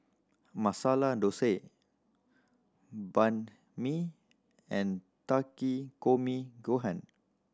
Masala Dosa Banh Mi and Takikomi Gohan